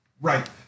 Right